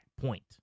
point